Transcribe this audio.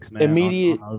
immediate